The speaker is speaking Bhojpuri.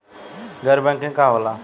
गैर बैंकिंग का होला?